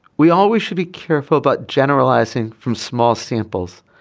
we always should be careful about generalising from small samples.